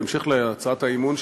בהמשך להצעת האי-אמון,